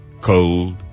cold